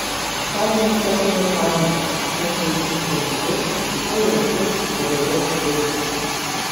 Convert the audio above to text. kalinius apėmė panika šiandien čiumpa žydus rytoj rusus o vėliau likusius